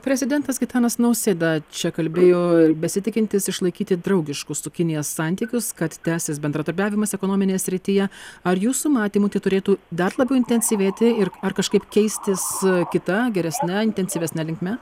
prezidentas gitanas nausėda čia kalbėjo besitikintis išlaikyti draugiškus su kinija santykius kad tęsis bendradarbiavimas ekonominėje srityje ar jūsų matymu tai turėtų dar labiau intensyvėti ir ar kažkaip keistis kita geresne intensyvesne linkme